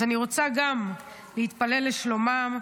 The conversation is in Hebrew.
אז אני רוצה גם להתפלל לשלומם,